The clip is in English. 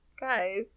Guys